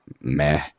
meh